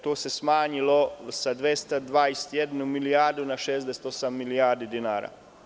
Tu se smanjilo sa 221 milijardu na 68 milijardi dinara.